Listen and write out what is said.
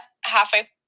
halfway